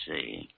see